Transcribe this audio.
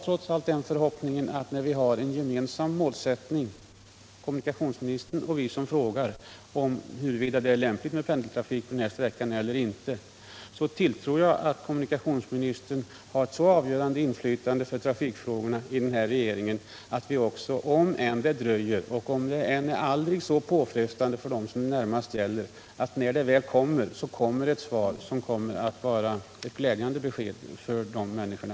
Trots allt har kommunikationsministern och vi som frågar om huruvida det är lämpligt med pendeltrafik på den här sträckan eller inte en gemensam målsättning, och jag tilltror kommunikationsministern ett så avgörande inflytande på trafikfrågorna i regeringen att svaret, om det än dröjer och är aldrig så påfrestande för dem saken närmast gäller, när det väl kommer skall bli ett glädjande besked för de berörda människorna.